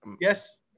yes